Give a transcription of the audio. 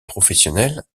professionnel